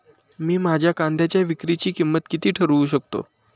मी माझ्या कांद्यांच्या विक्रीची किंमत किती ठरवू शकतो?